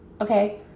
Okay